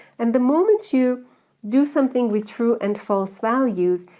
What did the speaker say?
and the moment you do something with true and false values,